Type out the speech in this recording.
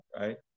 right